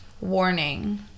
Warning